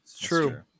true